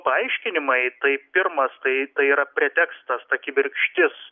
paaiškinimai tai pirmas tai tai yra pretekstas kibirkštis